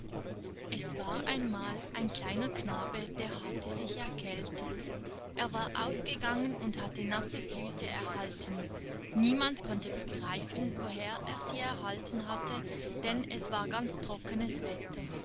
es war einmal ein kleiner knabe der hatte sich erkältet er war ausgegangen und hatte nasse füße erhalten niemand konnte begreifen woher er sie erhalten hatte denn es war ganz trockenes wetter